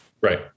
Right